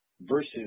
versus